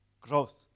growth